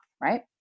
right